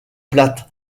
plate